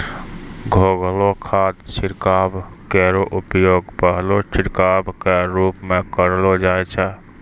घोललो खाद छिड़काव केरो उपयोग पहलो छिड़काव क रूप म करलो जाय छै